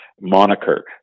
moniker